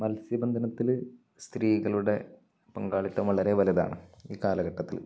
മത്സ്യബന്ധനത്തിൽ സ്ത്രീകളുടെ പങ്കാളിത്തം വളരെ വലുതാണ് ഈ കാലഘട്ടത്തിൽ